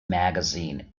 magazine